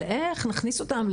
על איך נכניס אותם,